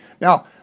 Now